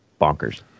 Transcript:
bonkers